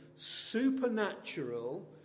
supernatural